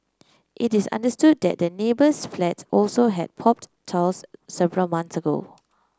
it is understood that the neighbour's flat also had popped tiles several months ago